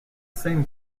same